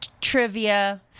trivia